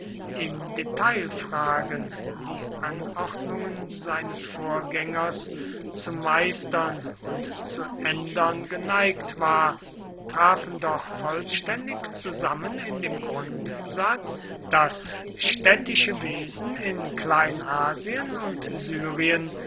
in detailfragen die anordnungen seines vorgängers zu meistern und zu ändern geneigt war trafen doch vollständig zusammen in dem grundsatz das städtische wesen in kleinasien und syrien